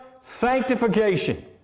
sanctification